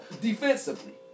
Defensively